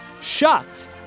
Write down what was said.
shocked